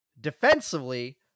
defensively